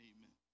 Amen